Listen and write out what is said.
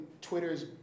Twitter's